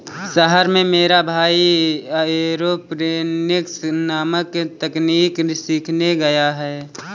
शहर में मेरा भाई एरोपोनिक्स नामक तकनीक सीखने गया है